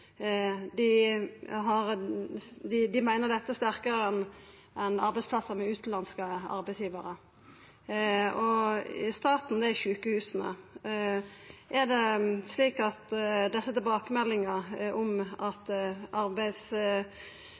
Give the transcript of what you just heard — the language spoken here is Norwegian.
Dei meiner dette sterkare enn dei på arbeidsplassar med utanlandske arbeidsgjevarar. I staten er sjukehusa. Er desse tilbakemeldingane om at